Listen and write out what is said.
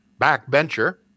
backbencher